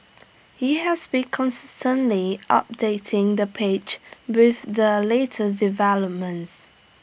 he has been constantly updating the page with the latest developments